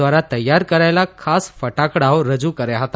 દ્વારા તૈયાર કરાયેલા ખાસ ફટાકડાઓ રજૂ કર્યા હતા